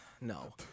No